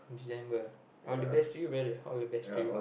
December all the best to you brother all the best to you